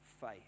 faith